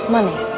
Money